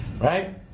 right